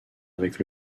avec